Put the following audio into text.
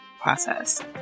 process